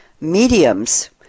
mediums